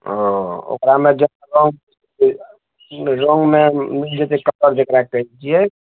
हँ ओकरामे जेना रङ्ग रङ्गमे मिल जेतय कलर जकरा कहय छियै